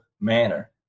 manner